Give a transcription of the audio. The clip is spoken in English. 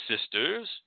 sisters